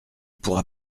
pourra